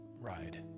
ride